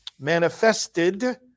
manifested